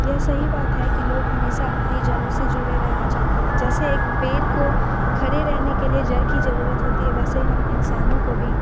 यह सही बात है कि लोग हमेशा अपनी जड़ों से जुड़े रहना चाहते हैं जैसे एक पेड़ को खड़े रहने के लिए जड़ की ज़रूरत होती है वैसे हम इंसानों को भी